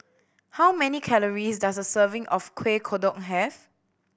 how many calories does a serving of Kueh Kodok have